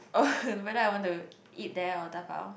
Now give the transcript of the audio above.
oh whether I want to eat there or dabao